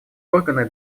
органы